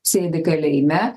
sėdi kalėjime